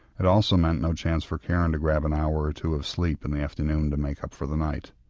it also meant no chance for karen to grab an hour or two of sleep in the afternoon to make up for the night.